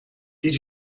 did